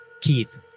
Keith